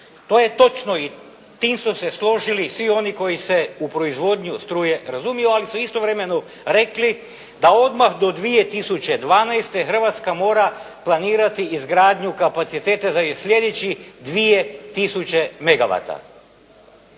To je točno i tim su se složili svi oni koji se u proizvodnju struje razumiju, ali su istovremeno rekli da odmah do 2012. Hrvatska mora planirati izgradnju kapaciteta za sljedećih 2